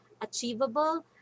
achievable